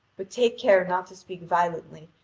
but take care not to speak violently,